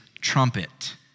trumpet